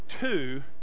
two